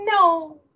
no